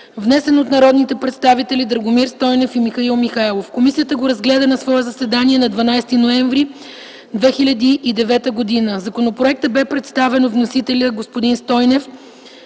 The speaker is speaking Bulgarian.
внесен от народните представители Драгомир Стойнев и Михаил Миков. „Комисията разгледа законопроекта на свое заседание на 12 ноември 2009 г. Законопроектът бе представен от вносителя господин Стойнев.